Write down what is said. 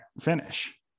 finish